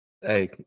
hey